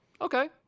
Okay